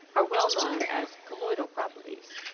are well known as colloidal properties.